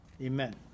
amen